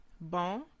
bon